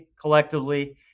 collectively